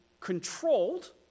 controlled